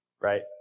right